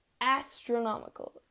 astronomical